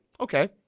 okay